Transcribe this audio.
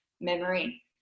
memory